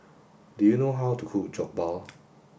do you know how to cook Jokbal